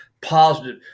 Positive